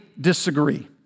disagree